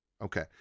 Okay